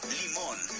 limón